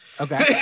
Okay